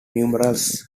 numerals